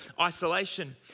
isolation